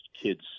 kids